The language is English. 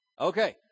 Okay